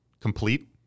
complete